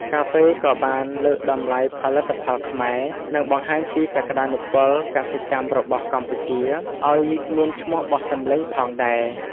កាហ្វេក៏បាន លើកតម្លៃផលិតផលខ្មែរ និងបង្ហាញពីសក្តានុពលកសិកម្មរបស់កម្ពុជាឱ្យមានឈ្មោះបោះសំឡេងផងដែរ។